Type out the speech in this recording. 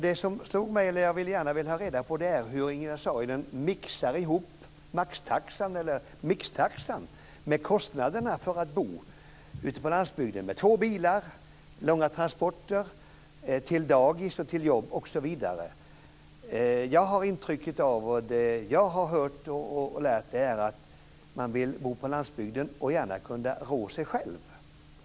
Det som jag gärna skulle vilja ha reda på är hur Ingegerd Saarinen mixar ihop mixtaxan med kostnaderna för att bo på landsbygden med två bilar, långa transporter till dagis, jobb osv. Jag har hört att man gärna vill bo på landsbygden för att kunna rå sig själv.